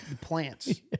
plants